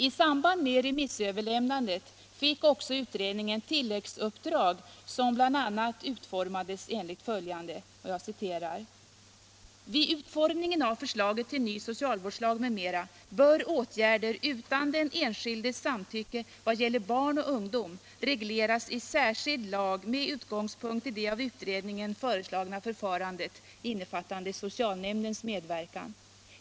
I samband med remissöverlämnandet fick också utredningen tilläggsuppdrag som bl.a. utformades enligt följande: ”Vid utformningen av förslaget till ny socialvårdslag m.m. bör åtgärder utan den enskildes samtycke vad gäller barn och ungdom regleras i särskild lag med utgångspunkt i det av utredningen föreslagna förfarandet, innefattande socialnämndens medverkan.